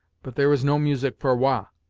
but there is no music for wah,